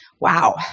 wow